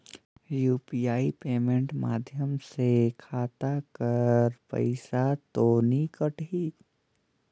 UPI payment माध्यम से खाता कर पइसा तो नी कटही?